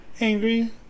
Angry